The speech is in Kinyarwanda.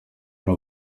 hari